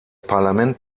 parlament